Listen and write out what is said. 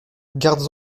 gardes